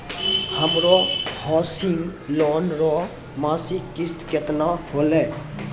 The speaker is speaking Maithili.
हमरो हौसिंग लोन रो मासिक किस्त केतना होलै?